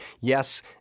yes